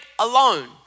alone